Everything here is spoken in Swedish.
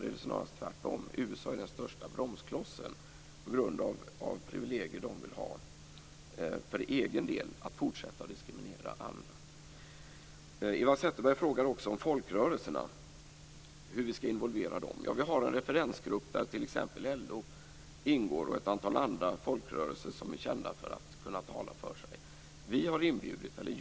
Det är snarast tvärtom. USA är den största bromsklossen på grund av de privilegier som USA vill ha för egen del när det gäller att fortsätta att diskriminera andra. Eva Zetterberg frågar också hur vi skall involvera folkrörelserna. Vi har en referensgrupp där LO och ett antal andra folkrörelser som är kända för att kunna tala för sig ingår.